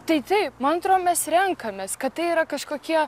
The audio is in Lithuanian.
tai taip man atrodo mes renkamės kad tai yra kažkokie